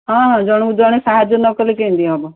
ହଁ ହଁ ଜଣ ଜଣକୁ ଜଣେ ସାହାଯ୍ୟ ନକଲେ କେମିତି ହେବ